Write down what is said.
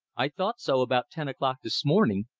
i thought so about ten o'clock this morning,